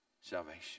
salvation